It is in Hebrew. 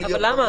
למה?